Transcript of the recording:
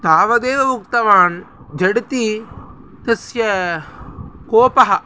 तावदेव उक्तवान् झटिति तस्य कोपः